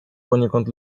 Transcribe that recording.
poniekąd